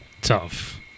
Tough